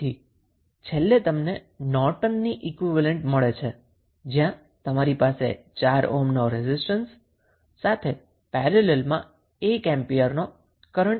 તેથી છેલ્લે તમને નોર્ટનનુ ઈક્વીવેલેન્ટ મળ્યુ છે જ્યાં તમારી પાસે 4 ઓહ્મ રેઝિસ્ટન્સ સાથે પેરેલલમાં 1 એમ્પીયર છે